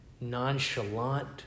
nonchalant